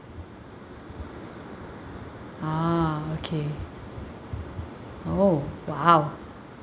ah okay oh !wow!